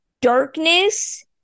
darkness